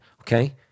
okay